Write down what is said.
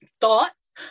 thoughts